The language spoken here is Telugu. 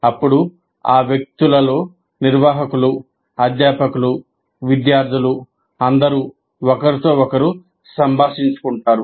అప్పుడు ఆ వ్యక్తులలో నిర్వాహకులు అధ్యాపకులు విద్యార్థులు అందరూ ఒకరితో ఒకరు సంభాషించుకుంటారు